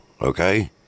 Okay